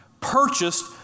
Purchased